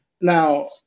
Now